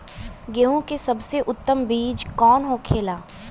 गेहूँ की सबसे उत्तम बीज कौन होखेला?